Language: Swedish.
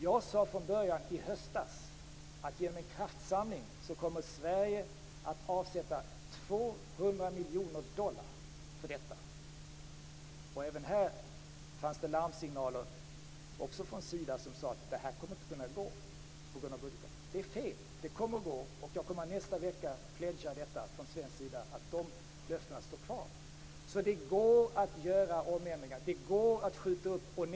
Jag sade från början - i höstas - att Sverige genom en kraftsamling kommer att avsätta 200 miljoner dollar för detta. Även här kom det larmsignaler, också från Sida, om att det på grund av budgeten inte kommer att kunna gå. Det är fel. Det kommer att gå. Jag kommer nästa vecka att utlova att de löftena står kvar från svenska sida. Det går att göra omändringar. Det går att skjuta upp insatser.